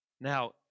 Now